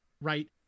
right